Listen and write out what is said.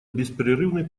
беспрерывный